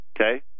okay